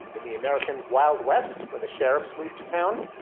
in the american wild west when the sheriffs moved to town,